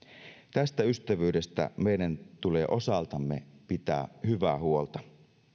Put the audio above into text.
tästä ystävyydestä meidän tulee osaltamme pitää hyvää huolta